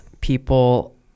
people